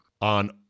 on